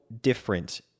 different